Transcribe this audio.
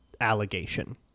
allegation